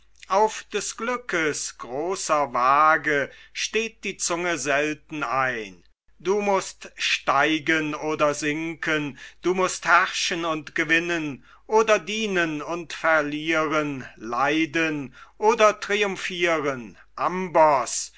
auf des glückes großer waage steht die zunge selten ein du mußt steigen oder sinken du mußt herrschen und gewinnen oder dienen und verlieren leiden oder triumphiren amboß